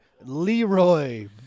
Leroy